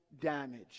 damage